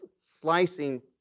slicing